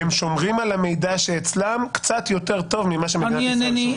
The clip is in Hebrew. והם שומרים על המידע שאצלם קצת יותר טוב ממה שמדינת ישראל שומרת.